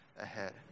ahead